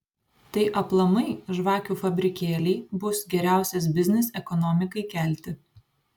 tai aplamai žvakių fabrikėliai bus geriausias biznis ekonomikai kelti